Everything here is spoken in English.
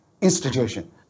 institution